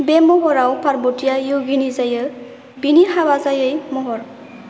बे महराव पार्वतीया योगिनी जायो बिनि हाबा जायै महर